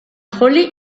holly